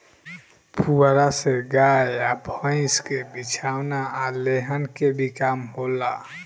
पुआरा से गाय आ भईस के बिछवाना आ लेहन के भी काम होला